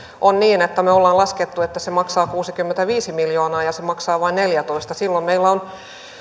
on niin että me olemme laskeneet että se maksaa kuusikymmentäviisi miljoonaa ja se maksaa vain neljännentoista silloin meillä on